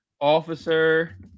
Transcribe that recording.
Officer